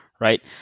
right